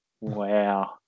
Wow